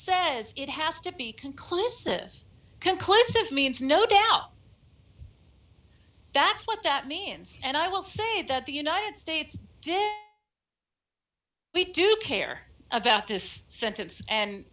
says it has to be conclusive conclusive means no doubt that's what that means and i will say that the united states did we do care about this sentence and